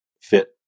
fit